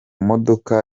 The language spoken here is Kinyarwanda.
modoka